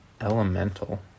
Elemental